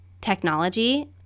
technology